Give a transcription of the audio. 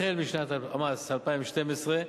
החל משנת המס 2012,